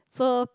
so